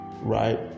right